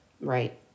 right